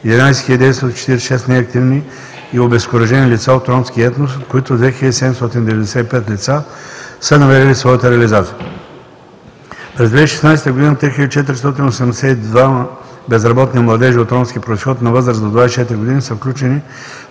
11 946 неактивни и обезкуражени лица от ромския етнос, от които 2 795 лица са намерили своята реализация. През 2016 г. 3482 безработни младежи от ромски произход на възраст до 24 години са включени